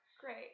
Great